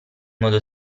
modo